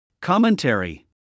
Commentary